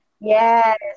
Yes